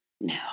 no